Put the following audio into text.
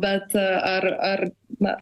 bet ar ar na